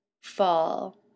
fall